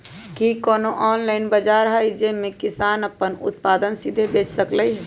कि कोनो ऑनलाइन बाजार हइ जे में किसान अपन उत्पादन सीधे बेच सकलई ह?